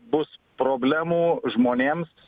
bus problemų žmonėms